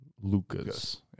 Lucas